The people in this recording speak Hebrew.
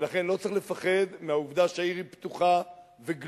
ולכן לא צריך לפחד מהעובדה שהעיר היא פתוחה וגלויה.